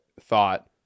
thought